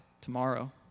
tomorrow